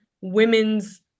women's